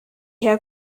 herr